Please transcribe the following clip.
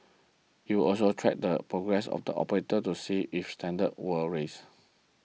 it will also track the progress of the operators to see if standards were raised